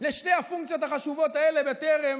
לשתי הפונקציות החשובות האלה בטרם